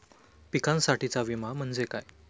पिकांसाठीचा विमा म्हणजे काय?